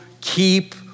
keep